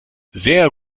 sehr